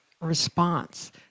response